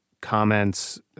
comments